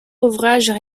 ouvrages